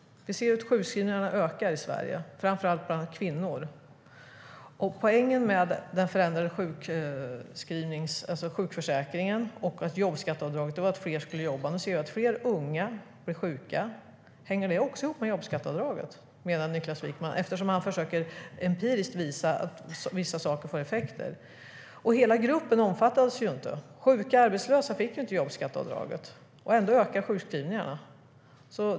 Vi ser ju att sjukskrivningarna ökar i Sverige, framför allt bland kvinnor. Poängen med den förändrade sjukförsäkringen och jobbskatteavdraget var att fler skulle jobba. Nu ser vi att fler unga blir sjuka. Hänger det också ihop med jobbskatteavdraget, menar Niklas Wykman? Niklas Wykman försöker ju empiriskt visa att vissa saker får effekt. Hela gruppen omfattas ju inte. Sjuka och arbetslösa fick inte del av jobbskatteavdraget. Ändå ökar sjukskrivningarna.